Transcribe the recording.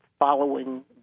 following